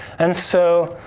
and so,